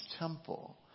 Temple